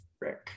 rick